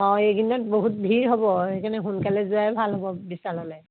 অ এইকেইদিনত বহুত ভিৰ হ'ব সেইকাৰণে সোনকালে যোৱাই ভাল হ'ব বিশাললৈ